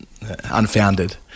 unfounded